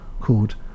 called